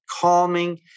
calming